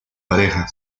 pareja